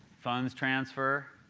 funds transfer.